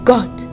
God